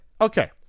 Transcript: okay